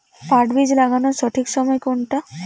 পাট বীজ লাগানোর সঠিক সময় কোনটা?